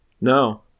No